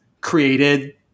created